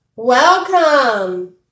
Welcome